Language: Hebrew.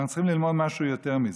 אבל אנחנו צריכים ללמוד משהו יותר מזה.